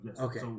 Okay